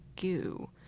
goo